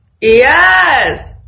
Yes